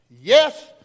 yes